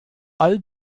all